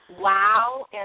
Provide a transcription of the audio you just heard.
Wow